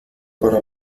para